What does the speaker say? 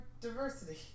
diversity